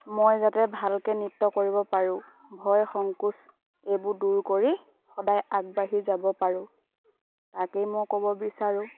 মই যাতে ভালকে নৃত্য কৰিব পাৰোঁ ভয় সংকোচ এইবোৰ দূৰ কৰি সদায় আগবাঢ়ি যাব পাৰোঁ তাকেই মই ক'ব বিচাৰোঁ